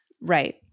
Right